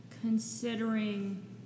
considering